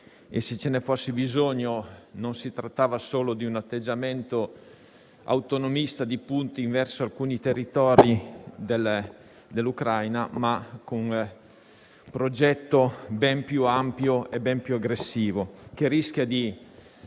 Se ci fosse bisogno di precisarlo, si trattava non solo di un atteggiamento autonomista di Putin verso alcuni territori dell'Ucraina, ma anche di un progetto ben più ampio e più aggressivo, che rischia di